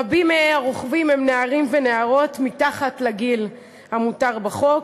רבים מהרוכבים הם נערים ונערות מתחת לגיל המותר בחוק.